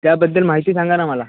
त्याबद्दल माहिती सांगा ना मला